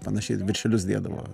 panašiai viršelius dėdavo